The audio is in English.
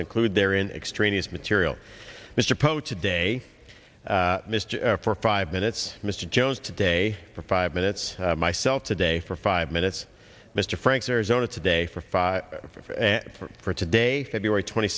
and include their in extraneous material mr post today mr for five minutes mr jones today for five minutes myself to day for five minutes mr franks arizona today for five for today february twenty